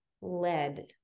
led